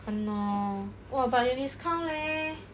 看 lor !wah! but 有 discount leh